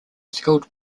skilled